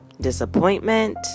Disappointment